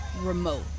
remote